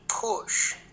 push